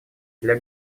для